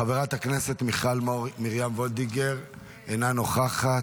חברת הכנסת מיכל מרים וולדיגר, אינה נוכחת.